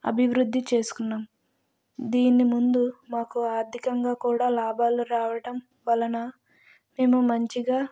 అభివృద్ధి చేసుకున్న దీన్ని ముందు మాకు ఆర్థికంగా కూడా లాభాలు రావడం వలన మేము మంచిగా